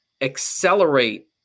accelerate